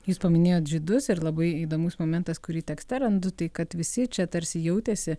jūs paminėjot žydus ir labai įdomus momentas kurį tekste randu tai kad visi čia tarsi jautėsi